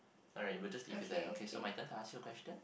alright but just leave it there okay so my turn to ask your question